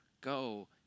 go